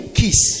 kiss